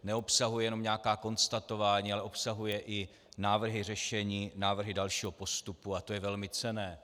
Neobsahuje jenom nějaká konstatování, ale obsahuje i návrhy řešení, návrhy dalšího postupu a to je velmi cenné.